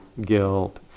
guilt